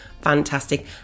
fantastic